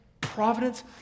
providence